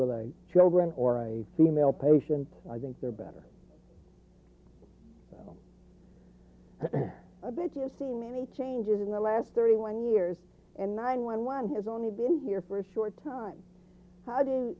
with children or a female patient i think they're better a bit you see many changes in the last thirty one years and nine one one has only been here for a short time how do